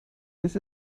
this